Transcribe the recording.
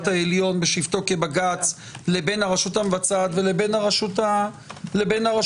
העליון בשבתו כבג"ץ לבין הרשות המבצעת ולבין הרשות המחוקקת.